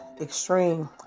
extreme